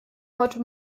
heute